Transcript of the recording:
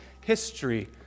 history